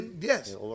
Yes